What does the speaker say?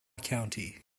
county